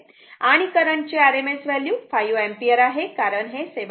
आणि करंट ची RMS value 5 ampere आहे कारण हे 7